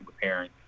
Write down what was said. preparing